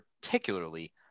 particularly